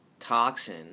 Toxin